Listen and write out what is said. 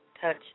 touch